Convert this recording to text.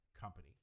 company